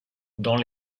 dans